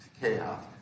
chaos